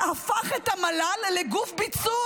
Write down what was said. "הפך את המל"ל לגוף ביצוע".